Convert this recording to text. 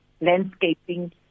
landscaping